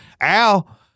Al